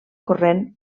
corrent